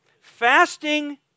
Fasting